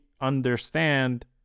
understand